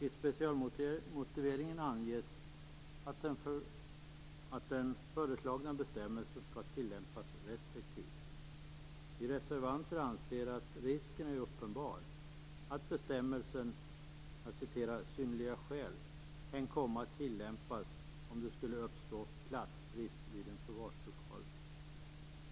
I specialmotiveringen anges att den föreslagna bestämmelsen skall tillämpas restriktivt. Vi reservanter anser att risken är uppenbar att bestämmelsen om "synnerliga skäl" kan komma att tillämpas om platsbrist skulle uppstå i en förvarslokal.